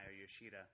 Yoshida